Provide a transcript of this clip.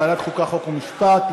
עברה ברוב של 38 תומכים ואפס מתנגדים.